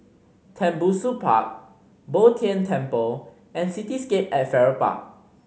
Tembusu Park Bo Tien Temple and Cityscape at Farrer Park